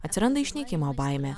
atsiranda išnykimo baimė